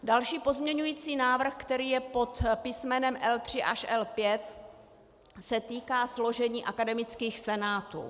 Další pozměňovací návrh, který je pod písmenem L3 až L5, se týká složení akademických senátů.